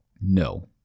no